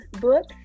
books